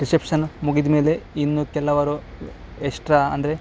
reception ಮುಗಿದಮೇಲೆ ಇನ್ನು ಕೆಲವರು ಎಷ್ಟ್ರಾ ಅಂದರೆ